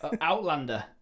Outlander